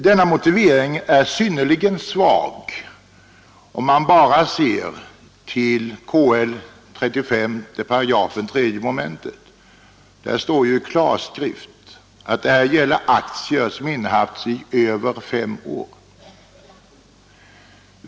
Denna motivering befrielse från aktieär synnerligen svag, om man bara ser till kommunalskattelagens 35 § 3 »Vinstbeskattning mom. Där står ju i klarskrift att här gäller det aktier som innehafts i över fem år.